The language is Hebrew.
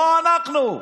לא אנחנו,